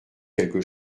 quelque